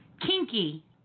Kinky